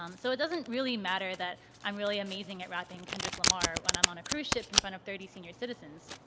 um so it doesn't really matter that i'm really amazing at rapping kendrick lamar when i'm on a cruise ship in front of thirty senior citizens.